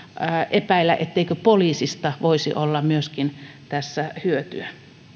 epäillä etteikö myöskin poliisista voisi olla hyötyä